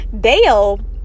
Dale